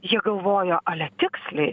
jie galvoja ale tiksliai